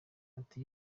ati